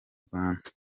rwanda